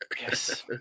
yes